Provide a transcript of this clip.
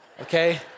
okay